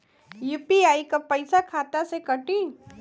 UPI क पैसा खाता से कटी?